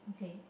okay